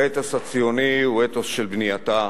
האתוס הציוני הוא אתוס של בנייתה,